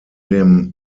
dem